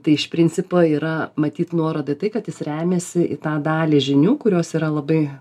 tai iš principo yra matyt nuoroda į tai kad jis remiasi į tą dalį žinių kurios yra labai